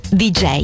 dj